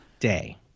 day